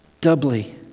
Doubly